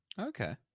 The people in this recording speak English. Okay